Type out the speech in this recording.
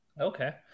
Okay